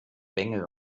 bengel